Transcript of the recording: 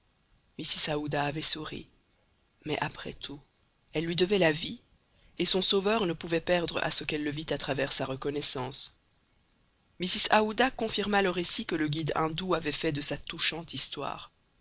mrs aouda avait souri mais après tout elle lui devait la vie et son sauveur ne pouvait perdre à ce qu'elle le vît à travers sa reconnaissance mrs aouda confirma le récit que le guide indou avait fait de sa touchante histoire